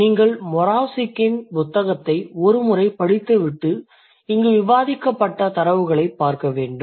நீங்கள் மொராவ்சிக்கின் புத்தகத்தை ஒரு முறை படித்துவிட்டு இங்கு விவாதிக்கப்பட்ட தரவுகளைப் பார்க்க வேண்டும்